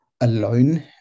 alone